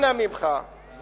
אנא ממך,